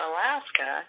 Alaska